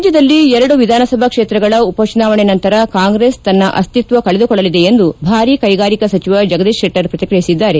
ರಾಜ್ಯದಲ್ಲಿ ಎರಡು ವಿಧಾನಸಭಾ ಕ್ಷೇತ್ರಗಳ ಉಪಚುನಾವಣೆ ನಂತರ ಕಾಂಗ್ರೆಸ್ ತನ್ನ ಅಸ್ತಿತ್ವ ಕಳೆದುಕೊಳ್ಳಲಿದೆ ಎಂದು ಭಾರಿ ಕೈಗಾರಿಕಾ ಸಚಿವ ಜಗದೀಶ್ ಶೆಟ್ವರ್ ಪ್ರತಿಕ್ರಿಯಿಸಿದ್ದಾರೆ